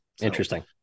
Interesting